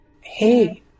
Hey